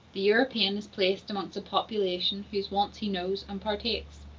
the european is placed amongst a population whose wants he knows and partakes.